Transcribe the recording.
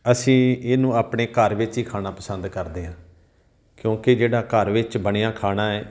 ਅਸੀਂ ਇਹਨੂੰ ਆਪਣੇ ਘਰ ਵਿੱਚ ਹੀ ਖਾਣਾ ਪਸੰਦ ਕਰਦੇ ਹਾਂ ਕਿਉਂਕਿ ਜਿਹੜਾ ਘਰ ਵਿੱਚ ਬਣਿਆ ਖਾਣਾ ਹੈ